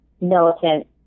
militant